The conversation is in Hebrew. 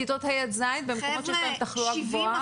כיתות ה' עד ז' במקומות בהם יש תחלואה גבוהה.